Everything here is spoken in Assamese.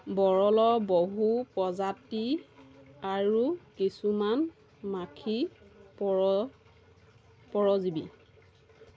বৰলৰ বহু প্ৰজাতি আৰু কিছুমান মাখি পৰ পৰজীৱী